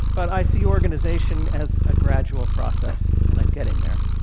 but i see organization as a gradual process, and i'm getting there.